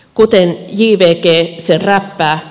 kuten jvg sen räppää